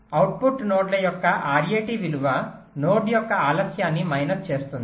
output నోడ్ల యొక్క RAT విలువ నోడ్ యొక్క ఆలస్యాన్ని మైనస్ చేస్తుంది